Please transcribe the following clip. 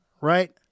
right